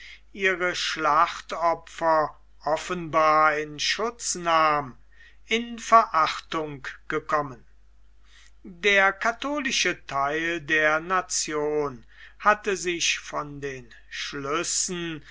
ihre schlachtopfer offenbar in schutz nahm in verachtung gekommen der katholische theil der nation hatte sich von den schlüssen